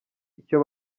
icyo